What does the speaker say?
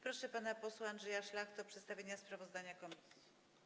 Proszę pana posła Andrzeja Szlachtę o przedstawienie sprawozdania komisji.